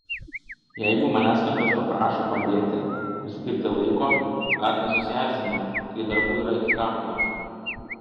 jeigu manęs kažkas paprašo padėti ir skirti laiko ar nesusierzinu kai darbų yra iki kaklo